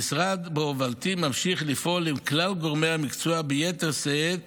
המשרד בהובלתי ממשיך לפעול עם כלל גורמי המקצוע ביתר שאת